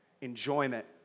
enjoyment